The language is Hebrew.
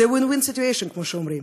זה win win situation, כמו שאומרים.